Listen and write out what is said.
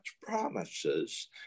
promises